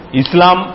islam